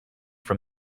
from